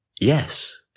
Yes